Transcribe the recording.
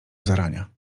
zarania